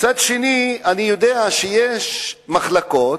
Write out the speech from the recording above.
מצד שני, אני יודע שיש מחלקות